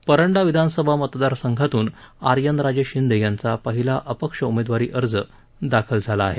परंडा विधानसभा मतदारसंघातून आर्यनराजे शिंदे यांचा पहिला अपक्ष उमेदवारी अर्ज दाखल झाला आहे